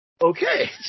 Okay